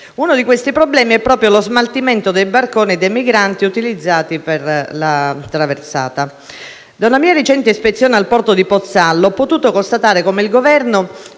Uno di essi è proprio lo smaltimento dei barconi dei migranti utilizzati per la traversata. Da una mia recente ispezione al porto di Pozzallo ho potuto constatare come il Governo